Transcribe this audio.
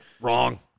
Wrong